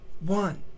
one